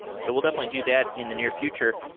so we'll definitely do that in the near future.